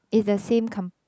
it's the same com~